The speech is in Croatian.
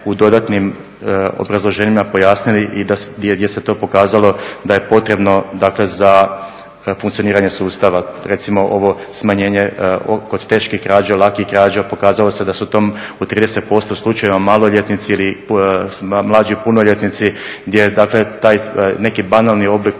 u dodatnim obrazloženjima pojasnili i gdje se to pokazalo da je potrebno, dakle za funkcioniranje sustava. Recimo ovo smanjenje kod teških krađa, lakih krađa. Pokazalo se da su to u 30% slučajeva maloljetnici ili mlađi punoljetnici gdje dakle taj neki banalni oblik